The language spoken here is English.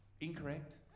Incorrect